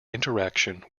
interaction